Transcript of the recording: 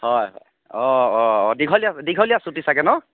হয় অ অ দীঘলীয়া দীঘলীয়া ছুটী চাগৈ ন'